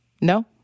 No